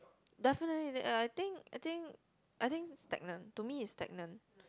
definitely they uh I think I think I think stagnant to me is stagnant